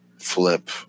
Flip